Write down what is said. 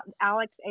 Alex